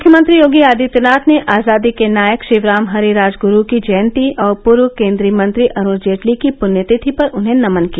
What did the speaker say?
मुख्यमंत्री योगी आदित्यनाथ ने आजादी के नायक शिवराम हरी राजगुरू की जयंती और पूर्व केन्द्रीय मंत्री अरूण जेटली की पुण्यतिथि पर उन्हें नमन किया